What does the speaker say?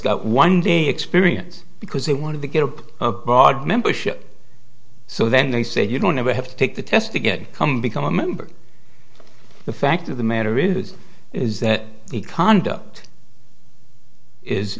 got one day experience because they wanted to get a broad membership so then they said you don't ever have to take the test again come become a member the fact of the matter is is that the conduct is